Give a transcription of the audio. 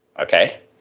Okay